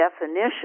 definition